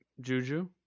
Juju